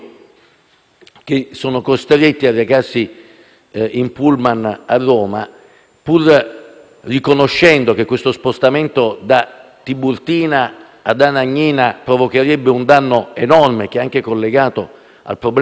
in pullman a Roma, riconoscendo che questo spostamento da Tiburtina ad Anagnina provocherebbe un danno enorme, anche collegato al problema dell'intermodalità dato che quando si arriva